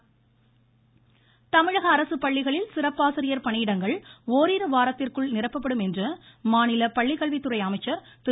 செங்கோட்டையன் தமிழக அரசு பள்ளிகளில் சிறப்பாசிரியர் பணியிடங்கள் ஒரிரு வாரத்திற்குள் நிரப்ப்படும் என்று மாநில பள்ளிக்கல்வித்துறை அமைச்சர் திரு